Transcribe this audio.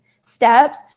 steps